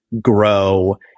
grow